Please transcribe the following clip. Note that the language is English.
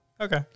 Okay